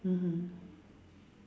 mmhmm